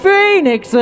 Phoenix